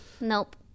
nope